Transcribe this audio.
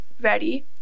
Ready